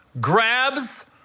grabs